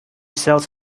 sells